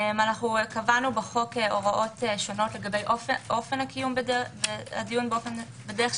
קבענו בחוק הוראות שונות לגבי אופן הקיום בדרך של